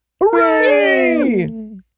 Hooray